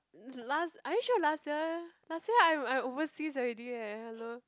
last are you sure last year last year I'm I'm overseas already eh hello